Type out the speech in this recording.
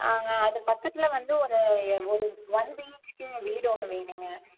அங்கே அது பக்கத்தில் வந்து ஒரு எ ஒரு ஒன் பிஹெச்கே வீடு ஒன்று வேணுங்க